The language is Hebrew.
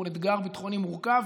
מול אתגר ביטחוני מורכב,